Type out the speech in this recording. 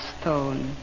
stone